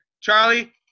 Charlie